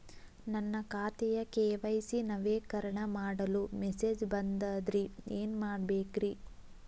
ನನ್ನ ಖಾತೆಯ ಕೆ.ವೈ.ಸಿ ನವೇಕರಣ ಮಾಡಲು ಮೆಸೇಜ್ ಬಂದದ್ರಿ ಏನ್ ಮಾಡ್ಬೇಕ್ರಿ?